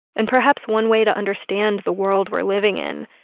and perhaps one way to understand the world we're living in,